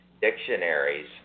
dictionaries